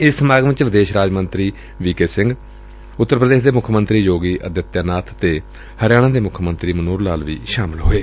ਇਸ ਸਮਾਗਮ ਚ ਵਿਦੇਸ਼ ਰਾਜ ਮੰਤਰੀ ਵੀ ਕੇ ਸਿੰਘ ਉੱਤਰ ਪ੍ਰਦੇਸ਼ ਦੇ ਮੁੱਖ ਮੰਤਰੀ ਯੋਗੀ ਅਦਿਤਿਆ ਨਾਬ ਅਤੇ ਹਰਿਆਣਾ ਦੇ ਮੁੱਖ ਮੰਤਰੀ ਮਨੋਹਰ ਲਾਲ ਵੀ ਸ਼ਾਮਲ ਹੋਏ